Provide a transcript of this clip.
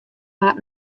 waard